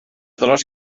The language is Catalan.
dolors